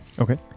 Okay